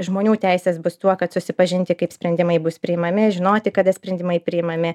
žmonių teisės bus tuo kad susipažinti kaip sprendimai bus priimami žinoti kada sprendimai priimami